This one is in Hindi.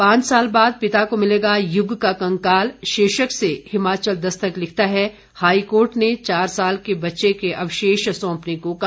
पांच साल बाद पिता को मिलेगा युग का कंकाल शीर्षक से हिमाचल दस्तक लिखता है हाईकोर्ट ने चार साल के बच्चे के अवशेष सौंपने को कहा